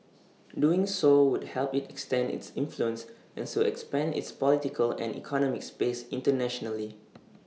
doing so would help IT extend its influence and so expand its political and economic space internationally